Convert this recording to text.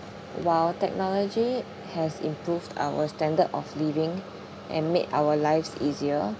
while technology has improved our standard of living and made our lives easier